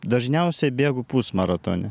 dažniausiai bėgu pusmaratonį